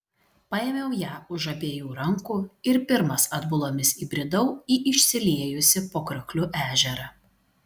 paėmiau ją už abiejų rankų ir pirmas atbulomis įbridau į išsiliejusį po kriokliu ežerą